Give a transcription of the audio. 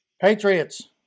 Patriots